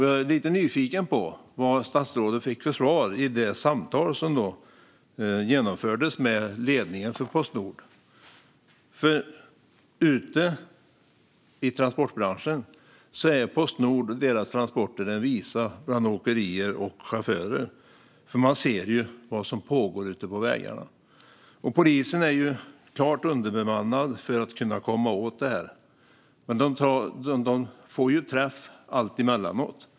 Jag är lite nyfiken på vad statsrådet fick för svar i det samtal som genomfördes med ledningen för Postnord. Ute i transportbranschen är Postnord och dess transporter en visa bland åkerier och chaufförer. Man ser vad som pågår ute på vägarna. Polisen är klart underbemannad för att kunna komma åt det, men den får träff alltemellanåt.